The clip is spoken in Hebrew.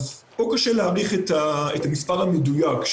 קשה להעריך את המספר המדויק,